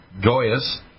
joyous